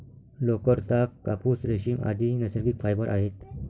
लोकर, ताग, कापूस, रेशीम, आदि नैसर्गिक फायबर आहेत